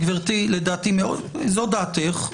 זו דעתך.